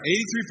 83%